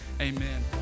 amen